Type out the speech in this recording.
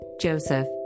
Joseph